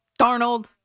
Darnold